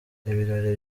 ibiro